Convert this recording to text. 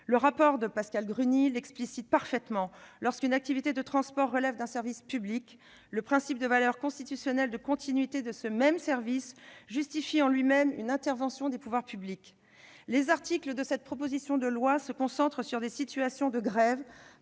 des transports. Pascale Gruny l'explicite parfaitement dans son rapport :« Lorsqu'une activité de transport relève d'un service public, le principe de valeur constitutionnelle de continuité du service public justifie en lui-même une intervention des pouvoirs publics ». Les articles de cette proposition de loi se concentrent sur des situations de grève